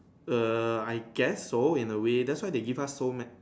err I guess so in a way that's why they give us so ma~